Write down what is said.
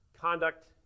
conduct